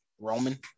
Roman